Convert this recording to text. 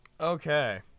Okay